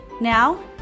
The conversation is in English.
Now